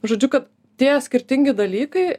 žodžiu kad tie skirtingi dalykai